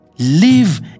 Live